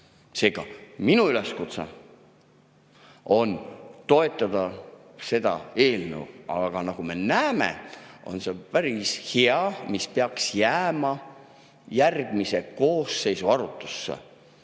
Seega, minu üleskutse on toetada seda eelnõu. Nagu me näeme, on see päris hea [eelnõu], mis peaks jääma järgmise koosseisu arutlusse.